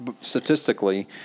statistically